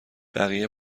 بقیه